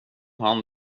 han